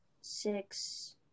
six